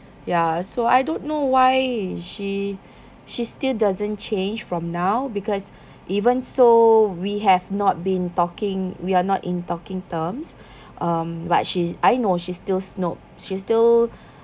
ya so I don't know why she she still doesn't change from now because even so we have not been talking we are not in talking terms um but she's I know she's still snob she still